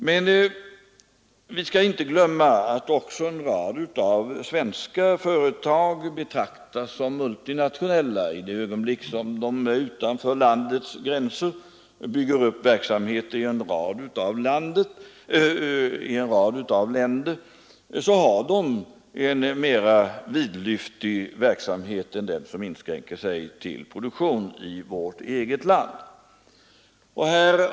Men vi skall inte glömma att också en rad svenska företag betraktas som multinationella. I det ögonblick som de bygger upp verksamheter i en rad länder utanför vårt eget lands gränser får ju deras aktiviteter en mera vidlyftig omfattning än den som inskränker sig till produktion i vårt eget land.